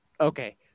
Okay